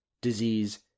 disease